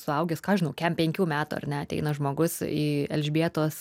suaugęs ką aš žinau kem penkių metų ar ne ateina žmogus į elžbietos